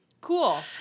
Cool